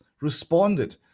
responded